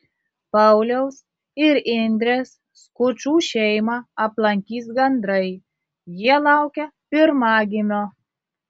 pauliaus ir indrės skučų šeimą aplankys gandrai jie laukia pirmagimio